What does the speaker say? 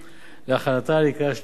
להכנתה לקריאה שנייה ושלישית.